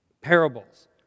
Parables